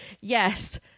yes